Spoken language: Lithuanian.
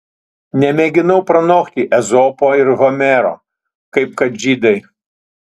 nemėginu pranokti ezopo ir homero kaip kad žydai